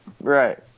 Right